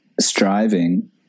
striving